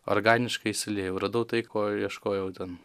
organiškai įsiliejau radau tai ko ieškojau ten